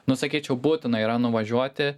nu sakyčiau būtina yra nuvažiuoti